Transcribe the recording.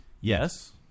Yes